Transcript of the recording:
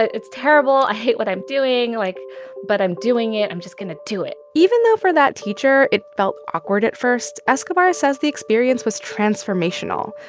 it's terrible. i hate what i'm doing. like but i'm doing it. i'm just going to do it even though for that teacher it felt awkward at first, escobar says the experience was transformational.